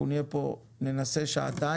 אנחנו ננסה להיות פה שעתיים,